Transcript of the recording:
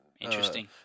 Interesting